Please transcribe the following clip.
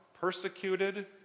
persecuted